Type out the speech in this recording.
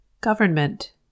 Government